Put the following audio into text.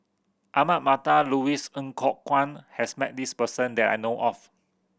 Ahmad Mattar and Louis Ng Kok Kwang has met this person that I know of